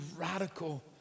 radical